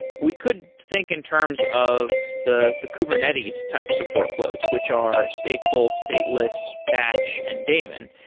we could think in terms of the the kubernetes types of workloads, which are stateful, stateless, batch and daemon.